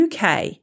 UK